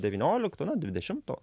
devyniolikto na dvidešimto